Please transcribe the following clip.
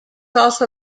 also